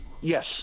Yes